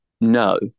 no